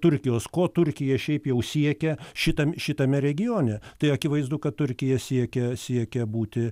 turkijos ko turkija šiaip jau siekia šitam šitame regione tai akivaizdu kad turkija siekia siekia būti